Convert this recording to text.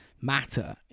matter